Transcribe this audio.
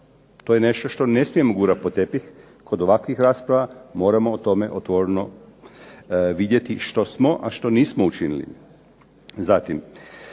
To je nešto što ne smijemo gurati pod tepih, kod ovakvih rasprava moramo o tome otvoreno vidjeti što smo, a što nismo učinili.